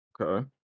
Okay